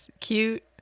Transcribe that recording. cute